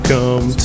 Come